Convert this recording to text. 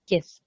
Yes